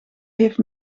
heeft